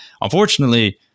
unfortunately